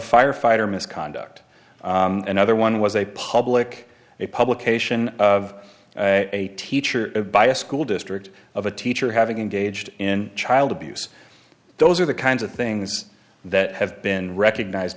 firefighter misconduct another one was a public a publication of a teacher by a school district of a teacher having engaged in child abuse those are the kinds of things that have been recognized